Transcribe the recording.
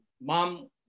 mom